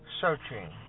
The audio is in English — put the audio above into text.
searching